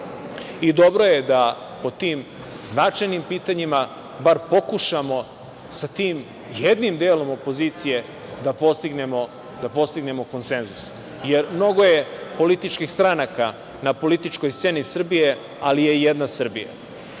je da o tim značajnim pitanjima bar pokušamo sa tim jednim delom opozicije da postignemo konsenzus, jer mnogo je političkih stranaka na političkoj sceni Srbije, ali je jedna Srbija. Dakle,